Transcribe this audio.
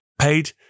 Paid